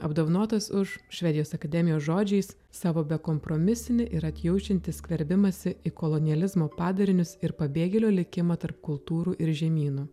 apdovanotas už švedijos akademijos žodžiais savo bekompromisinį ir atjaučiantį skverbimąsi į kolonializmo padarinius ir pabėgėlio likimą tarp kultūrų ir žemynų